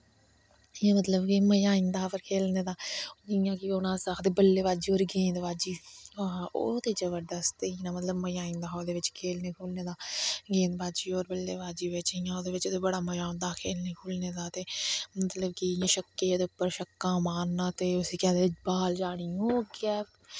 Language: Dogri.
इयां मतलव कि मज़ा आई जंदा हा पर खेलने दा जियां अस आखदे कि बल्ले बाज्जी और गेंद बाज्जी आहा हा ओह् ते जबर दस्त ही ना मतलव मज़ा आई जंदा हा ओह्दे बिच्च खेलने खूलने दा गेंद बाज्जी और बल्ले बाज्जी बिच्च इयां ओह्दे बिच्च ते बड़ा मज़ा औंदा हा खेलने खूलने दा ते जिसलै गेंद इयां शक्के दे उप्पर शक्का मारना ते उसी केह् आखदे बॉल जानी ओह् अग्गैं